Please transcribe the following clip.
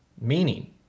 meaning